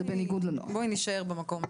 בואי נישאר במקום הזה.